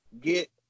get